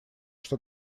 что